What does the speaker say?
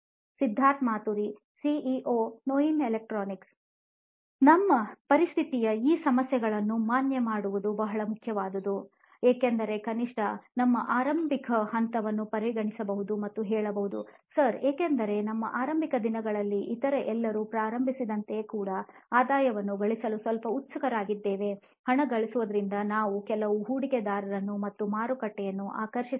Siddharth Maturi CEO ನೋಯಿನ್ electronics ನಮ್ಮ ಪರಿಸ್ಥಿತಿಯ ಈ ಸಮಸ್ಯೆಗಳನ್ನು ಮಾನ್ಯಮಾಡುವುದು ಬಹಳ ಮಹತ್ವವಾದುದು ಏಕೆಂದರೆ ಕನಿಷ್ಠ ನಮ್ಮ ಆರಂಭಿಕ ಹಂತವನ್ನು ಪರಿಗಣಿಸಬಹುದು ಮತ್ತು ಹೇಳಬಹುದು ಸರ್ ಏಕೆಂದರೆ ನಮ್ಮ ಆರಂಭಿಕ ದಿನಗಳಲ್ಲಿ ಇತರ ಎಲ್ಲರೂ ಪ್ರಾರಂಭದಂತೆಯೇ ನಾವು ಕೂಡ ಆದಾಯವನ್ನು ಗಳಿಸಲು ಸ್ವಲ್ಪ ಉತ್ಸುಕರಾಗಿದ್ದೇವೆ ಹಣ ಗಳಿಸುವುದರಿಂದ ನಾವು ಕೆಲವು ಹೂಡಿಕೆದಾರರನ್ನು ಮತ್ತು ಮಾರುಕಟ್ಟೆಯನ್ನು ಆಕರ್ಷಿಸಬಹುದು